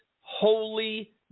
holy